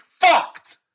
fucked